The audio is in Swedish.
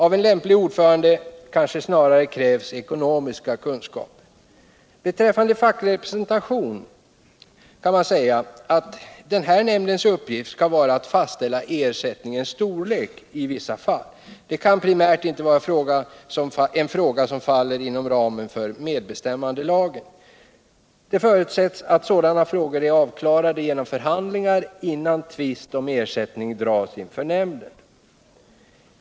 Av en lämplig ordförande kanske snarare krävs kunskaper i ekonomi. Beträffande facklig representation kan man säga att nämndens uppgift skall vara att fastställa ersättningens storlek i vissa fall. Detta kan primärt inte vara en fråga som faller inom ramen för medbestämmandelagen. Det förutsätts att sådana frågor är avklarade genom förhandlingar innan tvist om ersättning dras inför nämnden.